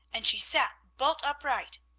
and she sat bolt upright.